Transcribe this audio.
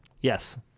Yes